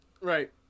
right